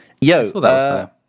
Yo